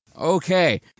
Okay